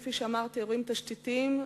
כפי שאמרתי: אירועים תשתיתיים,